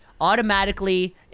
automatically